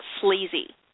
sleazy